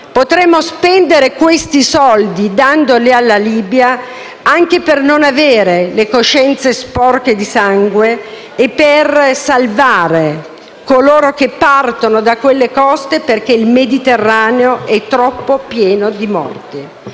Potremmo spendere questi soldi dandoli alla Libia, anche per non avere le coscienze sporche di sangue e per salvare coloro che partono da quelle coste, perché il Mediterraneo è troppo pieno di morti.